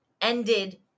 ended